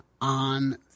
on